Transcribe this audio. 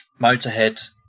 Motorhead